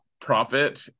profit